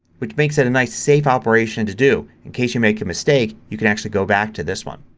which makes it a nice safe operation to do. in case you make a mistake you can actually go back to this one.